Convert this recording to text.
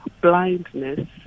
blindness